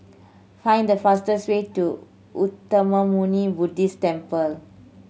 find the fastest way to Uttamayanmuni Buddhist Temple